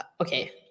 okay